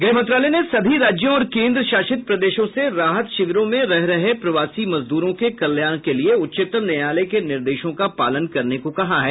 गृह मंत्रालय ने सभी राज्यों और केंद्र शासित प्रदेशों से राहत शिविरों में रह रहे प्रवासी मजदूरों के कल्याण के लिए उच्चतम न्यायालय के निर्देशों का पालन करने को कहा है